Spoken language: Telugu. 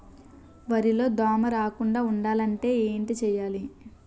వరిలో దోమ రాకుండ ఉండాలంటే ఏంటి చేయాలి?